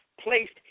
placed